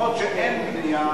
במקומות שאין בנייה